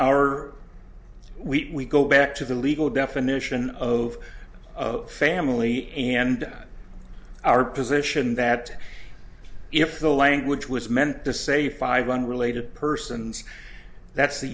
our week we go back to the legal definition of family and our position that if the language was meant to say five unrelated persons that's the